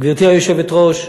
גברתי היושבת-ראש,